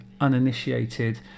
uninitiated